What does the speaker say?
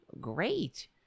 great